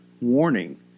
warning